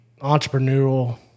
entrepreneurial